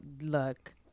look